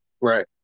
Right